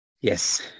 Yes